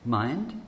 mind